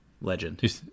legend